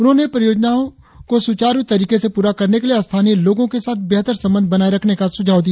उन्होंने परियोजनाओं को सुचारु तरीके से पूरा करने के लिए स्थानीय लोगों के साथ बेहतर संबंध बनाये रखने का सुझाव दिया